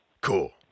Cool